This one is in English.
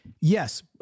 Yes